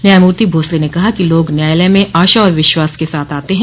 न्यायमूर्ति भोंसले ने कहा कि लोग न्यायालय में आशा और विश्वास के साथ आते हैं